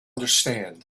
understand